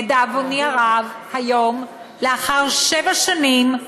לדאבוני הרב, היום, לאחר שבע שנים,